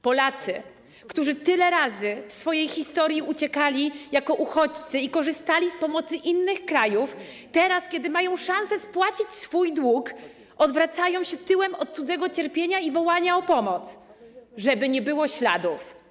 Polacy, którzy tyle razy w swojej historii uciekali jako uchodźcy i korzystali z pomocy innych krajów, teraz, kiedy mają szansę spłacić swój dług, odwracają się tyłem do cudzego cierpienia i wołania o pomoc, żeby nie było śladów.